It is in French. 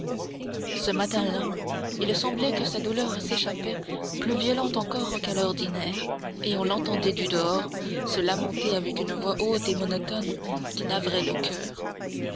ce matin-là il semblait que sa douleur s'échappait plus violente encore qu'à l'ordinaire et on l'entendait du dehors se lamenter avec une voix haute et monotone qui navrait le coeur